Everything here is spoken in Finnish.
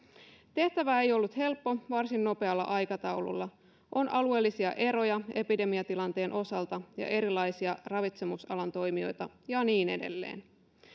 tehtävä ei ollut helppo varsin nopealla aikataululla on alueellisia eroja epidemiatilanteen osalta ja erilaisia ravitsemusalan toimijoita ja niin edelleen